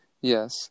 yes